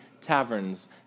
taverns